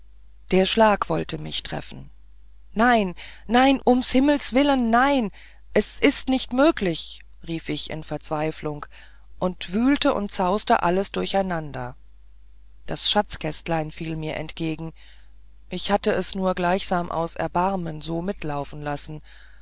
der schlag wollte mich treffen nein nein ums himmels willen nein es ist nicht möglich rief ich in verzweiflung und wühlte zauste alles durcheinander das schatzkästlein fiel mir entgegen ich hatte es nur gleichsam aus erbarmen so mitlaufen lassen